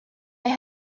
they